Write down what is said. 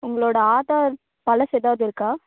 உங்களோட ய ஆதார் பழசு ஏதாவது இருக்கா